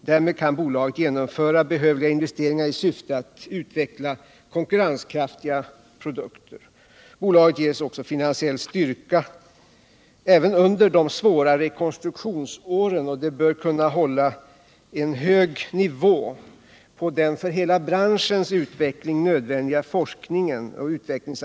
Därmed kan bolaget genomföra behövliga investeringar i syfte att utveckla konkurrenskraftiga produkter. Bolaget ges finansiell styrka även under de svåra rekonstruktionsåren, och det bör kunna hålla en hög nivå på för hela branschens utveckling nödvändig forskning och utveckling,